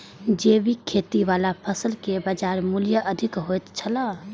जैविक खेती वाला फसल के बाजार मूल्य अधिक होयत छला